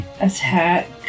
attack